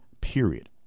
period